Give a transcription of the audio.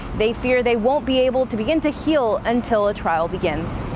they fear they won't be able to begin to heal until a trial begins.